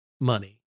money